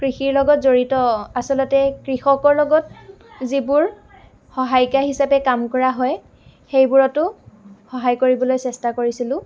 কৃষিৰ লগত জড়িত আচলতে কৃষকৰ লগত যিবোৰ সহায়িকা হিচাপে কাম কৰা হয় সেইবোৰতো সহায় কৰিবলৈ চেষ্টা কৰিছিলোঁ